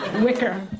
Wicker